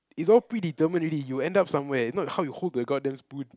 it's all predetermined already you will end up somewhere if not how you hold the god damn spoon